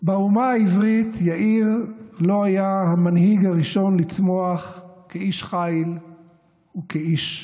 באומה העברית יאיר לא היה המנהיג הראשון שצמח כאיש חיל וכאיש שירה.